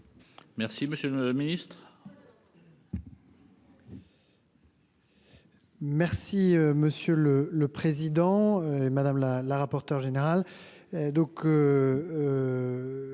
Merci, monsieur le Ministre.